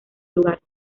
lugar